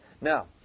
Now